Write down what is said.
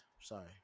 sorry